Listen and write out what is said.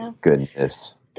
goodness